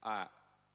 anche